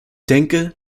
denke